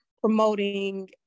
promoting